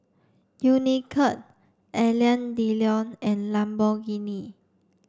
Unicurd Alain Delon and Lamborghini